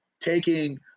taking